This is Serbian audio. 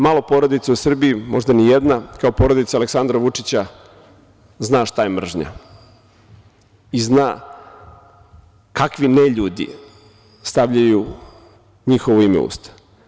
Malo porodica u Srbiji, možda ni jedna, kao porodica Aleksandra Vučića zna šta je mržnja i zna kakvi neljudi stavljaju njihovo ime u usta.